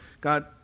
God